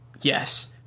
yes